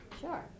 Sure